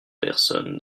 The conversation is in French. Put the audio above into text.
personnes